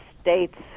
States